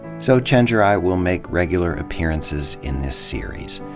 so chenjerai will make regular appearances in this series.